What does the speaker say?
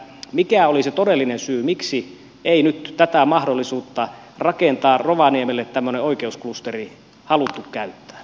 mikä oli se todellinen syy miksi ei nyt tätä mahdollisuutta rakentaa rovaniemelle tämmöinen oikeusklusteri haluttu käyttää